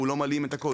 הוא לא מלאים את הכל,